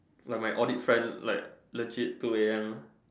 like my audit friend legit two A_M